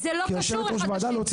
זה לא קשור אחד לשני.